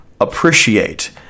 appreciate